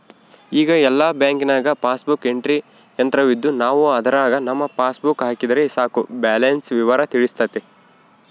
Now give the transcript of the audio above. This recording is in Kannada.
ಈಗ ಎಲ್ಲ ಬ್ಯಾಂಕ್ನಾಗ ಪಾಸ್ಬುಕ್ ಎಂಟ್ರಿ ಯಂತ್ರವಿದ್ದು ನಾವು ಅದರಾಗ ನಮ್ಮ ಪಾಸ್ಬುಕ್ ಹಾಕಿದರೆ ಸಾಕು ಬ್ಯಾಲೆನ್ಸ್ ವಿವರ ತಿಳಿತತೆ